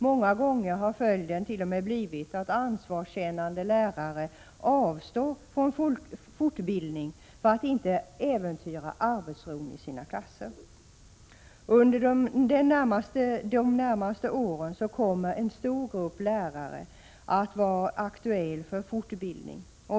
Många gånger har följden t.o.m. blivit att ansvarskännande lärare avstått från fortbildning för att inte äventyra arbetsron i sina klasser. Under de närmaste åren kommer en stor grupp lärare att vara aktuell för fortbildning.